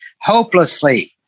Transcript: hopelessly